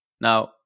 Now